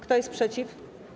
Kto jest przeciw?